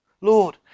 Lord